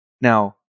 Now